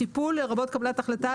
"טיפול"- לרבות קבלת החלטה,